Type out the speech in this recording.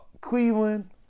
Cleveland